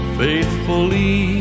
faithfully